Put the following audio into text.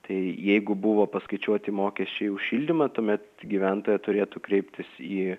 tai jeigu buvo paskaičiuoti mokesčiai už šildymą tuomet gyventoja turėtų kreiptis į